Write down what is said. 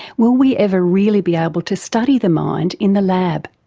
will we ever really be able to study the mind in the lab?